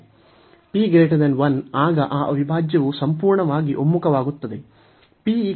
P 1 ಆಗ ಈ ಅವಿಭಾಜ್ಯವು ಸಂಪೂರ್ಣವಾಗಿ ಒಮ್ಮುಖವಾಗುತ್ತದೆ